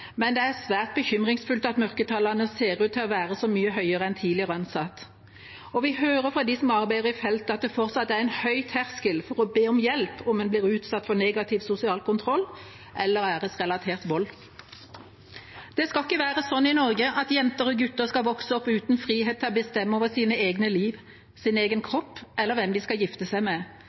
men det er svært bekymringsfullt at mørketallene ser ut til å være så mye høyere enn tidligere antatt. Og vi hører fra dem som arbeider på feltet, at det fortsatt er en høy terskel for å be om hjelp om man blir utsatt for negativ sosial kontroll eller æresrelatert vold. Det skal ikke være sånn i Norge at jenter og gutter skal vokse opp uten frihet til å bestemme over sitt eget liv, sin egen kropp eller hvem de skal gifte seg med.